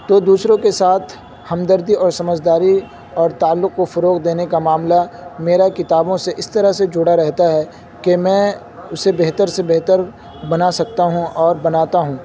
تو دوسروں کے ساتھ ہمدردی اور سمجھ داری اور تعلق کو فروغ دینے کا معاملہ میرا کتابوں سے اس طرح سے جڑا رہتا ہے کہ میں اسے بہتر سے بہتر بنا سکتا ہوں اور بناتا ہوں